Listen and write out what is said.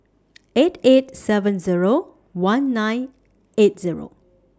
eight eight seven Zero one nine eight Zero